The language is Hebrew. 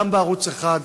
גם בערוץ 1,